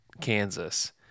Kansas